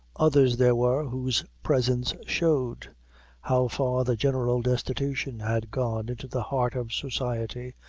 others there were whose presence showed how far the general destitution had gone into the heart of society,